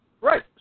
Right